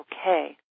okay